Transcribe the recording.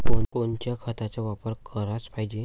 कोनच्या खताचा वापर कराच पायजे?